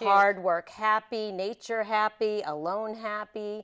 yardwork happy nature happy alone happy